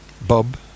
Bob